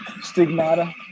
Stigmata